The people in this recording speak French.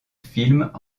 films